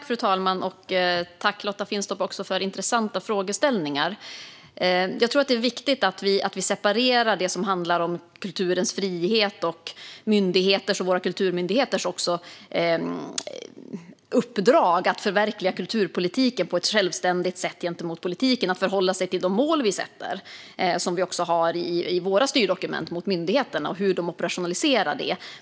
Fru talman! Tack, Lotta Finstorp, för intressanta frågeställningar! Jag tror att det är viktigt att vi separerar det. Det handlar om kulturens frihet och myndigheters, även våra kulturmyndigheters, uppdrag att på ett gentemot politiken självständigt sätt förverkliga kulturpolitiken. De ska förhålla sig till de mål vi sätter upp i våra styrdokument och operationalisera det.